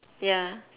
ya